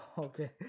okay